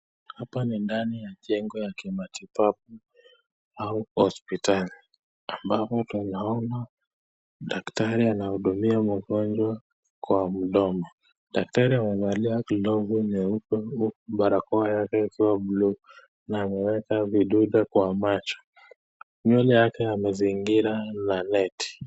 Hapa ni ndani ya jengo ya kimitibabu au hospitali ambapo tunaona daktari anahudumia mgonjwa kwa mdomo. Daktari amevalia glavu nyeupe huku barakoa yake ikiwa blue na ameweka viduda kwa macho. Nywele zake amezingira na neti.